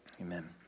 Amen